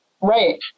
Right